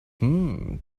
hmm